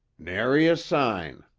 nary a sign,